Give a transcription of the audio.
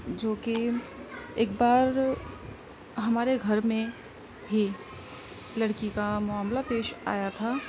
جوکہ ایک بار ہمارے گھر میں ہی لڑکی کا معاملہ پیش آیا تھا